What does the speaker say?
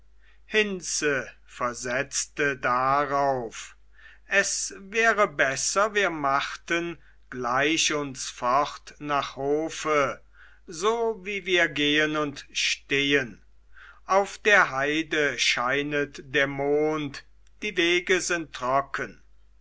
hinze versetzte darauf es wäre besser wir machten gleich uns fort nach hofe so wie wir gehen und stehen auf der heide scheinet der mond die wege sind trocken